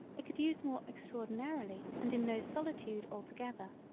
it could use more extraordinarily and in no solitude altogether.